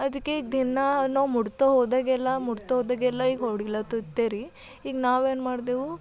ಅದಕ್ಕೆ ಈಗ ದಿನ ನಾವು ಮುಟ್ತಾ ಹೋದಾಗೆಲ್ಲ ಮುಟ್ತಾ ಹೋದಾಗೆಲ್ಲ ಈಗ ಹೊಡಿಲತ್ತಿತ್ತೇರಿ ಈಗ ನಾವೇನು ಮಾಡ್ದೇವು